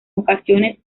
ocasiones